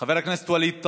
חבר הכנסת ווליד טאהא,